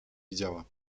widziała